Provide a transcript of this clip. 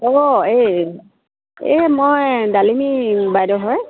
অঁ এই এই মই ডালিমী বাইদেউ হয়